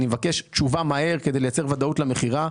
אני מבקש תשובה מהר כדי לייצר ודאות למכירה.